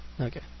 Okay